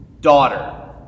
Daughter